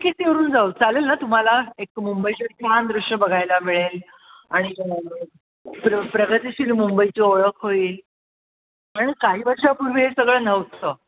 बी K सीवरून जाऊ चालेल ना तुम्हाला एक मुंबईचे छान दृश्य बघायला मिळेल आणि प्र प्रगतिशील मुंबईची ओळख होईल पण काही वर्षापूर्वी हे सगळं नव्हतं